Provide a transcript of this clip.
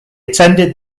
attended